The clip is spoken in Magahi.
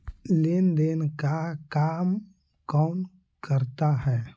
लेन देन का काम कौन करता है?